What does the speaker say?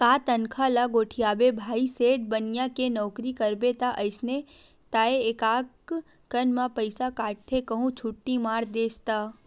का तनखा ल गोठियाबे भाई सेठ बनिया के नउकरी करबे ता अइसने ताय एकक कन म पइसा काटथे कहूं छुट्टी मार देस ता